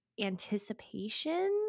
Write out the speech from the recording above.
anticipation